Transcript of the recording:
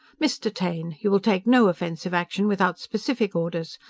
mr. taine, you will take no offensive action without specific orders!